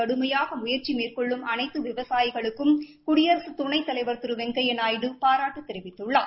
கடுமையாக முயற்சி மேற்கொள்ளும் அனைத்து விவசாயிகளுக்கும் குடியரசு துணைத்தலைவா் திரு வெங்கையா நாயுடு பாராட்டு தெரிவித்துள்ளார்